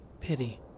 Pity